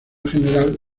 general